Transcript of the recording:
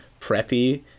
Preppy